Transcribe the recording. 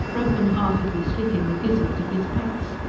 broken-heartedly slitting the gizzards of his, pets.